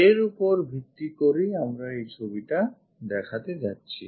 এর উপর ভিত্তি করেই আমরা এই ছবিটা দেখাতে যাচ্ছি